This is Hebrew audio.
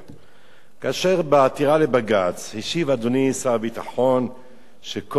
כאשר בעתירה לבג"ץ השיב אדוני שר הביטחון שכל אדמה פרטית,